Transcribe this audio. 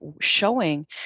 showing